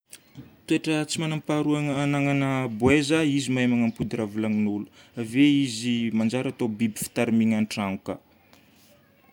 Toetra tsy manam-paharoa agnanana boeza, izy mahay manampody raha volagnin'olo. Ave izy manjary atao biby fitarimiana an-tragno koa.